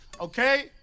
okay